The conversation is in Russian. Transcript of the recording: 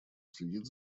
следит